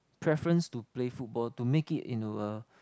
preference to play football to make it into a